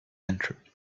entered